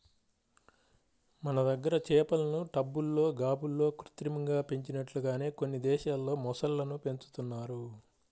మన దగ్గర చేపలను టబ్బుల్లో, గాబుల్లో కృత్రిమంగా పెంచినట్లుగానే కొన్ని దేశాల్లో మొసళ్ళను పెంచుతున్నారు